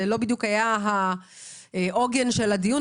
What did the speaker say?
זה לא בדיוק העוגן של הדיון,